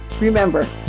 Remember